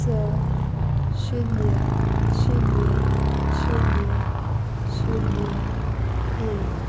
स शुन्य शुन्य शुन्य शुन्य एक